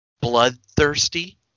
bloodthirsty